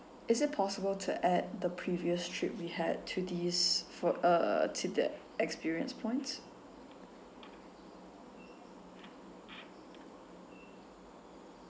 is it possible to add the previous trip we had to these for uh to the experience points